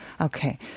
Okay